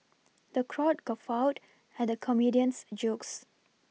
the crowd guffawed at the comedian's jokes